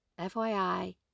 FYI